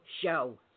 show